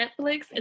Netflix